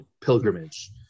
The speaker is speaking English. pilgrimage